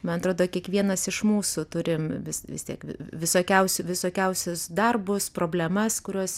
man atrodo kiekvienas iš mūsų turim vis vis tiek visokiausių visokiausius darbus problemas kurios